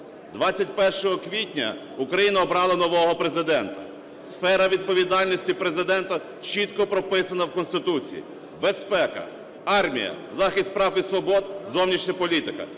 21 квітня Україна обрала нового Президента. Сфера відповідальності Президента чітко прописана в Конституції: безпека, армія, захист прав і свобод, зовнішня політика.